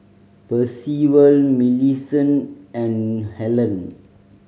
Percival Millicent and Hellen